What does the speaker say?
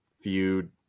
feud